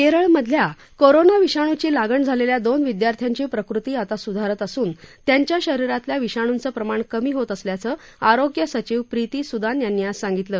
केरळमधल्या कोरोना विषाणूची लागण झालेल्या दोन विद्यार्थ्यांची प्रकृती आता सुधारत असून त्यांच्या शरीरातल्या विषाणूंचं प्रमाण कमी होत असल्याचं आरोग्य सचिव प्रिती सुदान यांनी आज सांगितलं